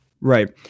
Right